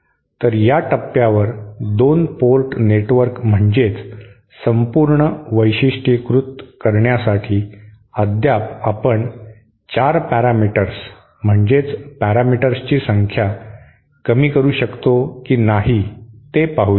तर या टप्प्यावर 2 पोर्ट नेटवर्क म्हणजेच संपूर्ण वैशिष्ट्यीकृत करण्यासाठी अद्याप आपण 4 पॅरामीटर्स म्हणजेच पॅरामीटर्सची संख्या कमी करू शकतो की नाही ते पाहूया